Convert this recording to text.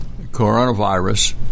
coronavirus